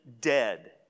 dead